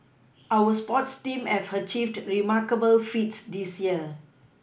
our sports teams have achieved remarkable feats this year